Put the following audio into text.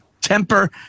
temper